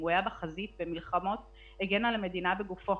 הוא היה בחזית במלחמות, הגן על המדינה בגופו.